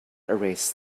erase